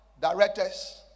directors